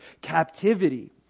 captivity